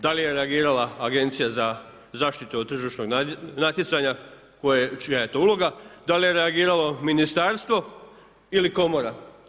Da li je reagirala Agencija za zaštitu od tržišnog natjecanja čija je to uloga, da li je reagiralo ministarstvo ili komora?